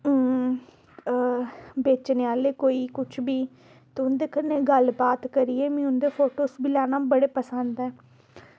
बेचने आह्ले कोई कुछ बी ते उं'दे कन्नै गल्ल बात करियै मीं उं'दे फोटोज़ लैना बी पसंद ऐ